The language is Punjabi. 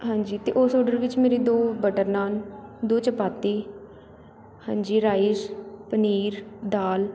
ਹਾਂਜੀ ਅਤੇ ਉਸ ਔਡਰ ਵਿੱਚ ਮੇਰੇ ਦੋ ਬਟਰ ਨਾਨ ਦੋ ਚਪਾਤੀ ਹਾਂਜੀ ਰਾਈਸ ਪਨੀਰ ਦਾਲ